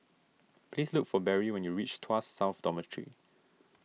please look for Barry when you reach Tuas South Dormitory